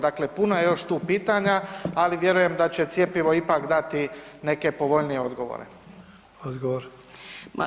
Dakle, puno je još tu pitanja ali vjerujem da će cjepivo ipak dati neke povoljnije odgovore.